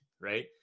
right